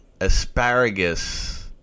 asparagus